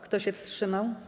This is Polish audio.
Kto się wstrzymał?